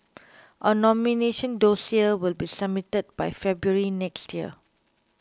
a nomination dossier will be submitted by February next year